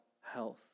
health